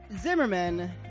Zimmerman